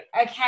okay